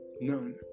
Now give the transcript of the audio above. None